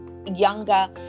younger